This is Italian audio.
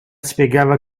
spiegava